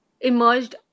emerged